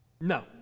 No